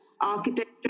architecture